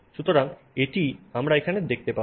সুতরাং এটি আমরা এখানে দেখতে পাব